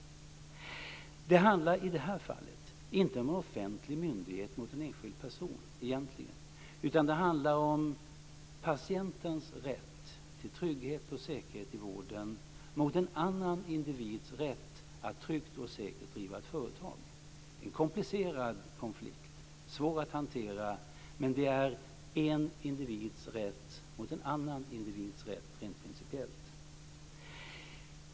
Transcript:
I det här fallet handlar det egentligen inte om en offentlig myndighet mot en enskild person. Det handlar om att patientens rätt till trygghet och säkerhet i vården ställs mot en annans individs rätt att tryggt och säkert driva ett företag. Det är en komplicerad konflikt som är svår att hantera. Men det handlar om att en individs rätt ställs mot en annans rätt rent principiellt.